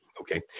Okay